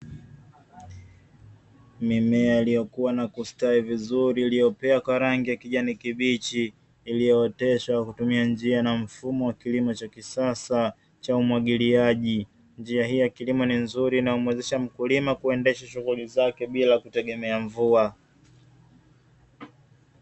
Mimea iliyokua na kustawi vizuri iliyopea kwa rangi ya kijani kibichi, iliyooteshwa kwa kutumia njia na mfumo wa kilimo cha kisasa cha umwagiliaji. Njia hii ya kilimo ni nzuri, inayomuwezesha mkulima kuendesha shughuli zake bila kutegemea mvua.